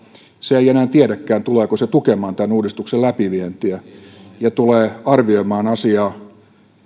se ei enää tiedäkään tuleeko se tukemaan tämän uudistuksen läpivientiä ja tulee arvioimaan asiaa